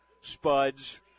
spuds